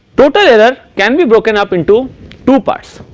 total error can be broken up into two parts